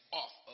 off